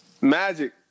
Magic